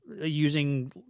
using